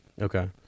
okay